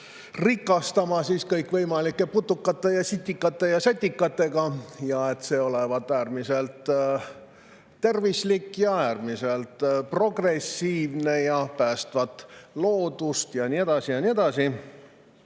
rikastama kõikvõimalike putukate, sitikate ja satikatega, sest see olevat äärmiselt tervislik, äärmiselt progressiivne ja päästvat loodust ja nii edasi ja nii edasi.